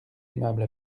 aimable